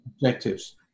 objectives